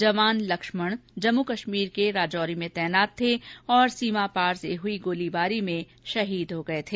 जवान लक्ष्मण जम्मू कश्मीर के राजौरी में तैनात थे और सीमा पार से हुई गोलीवारी में शहीद हो गये थे